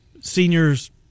Seniors